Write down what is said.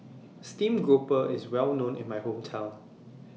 Steamed Grouper IS Well known in My Hometown